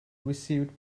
received